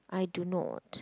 I do not